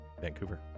Vancouver